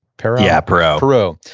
perrow? yeah. perrow perrow.